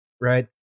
right